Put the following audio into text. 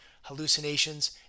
hallucinations